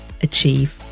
achieve